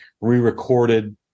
re-recorded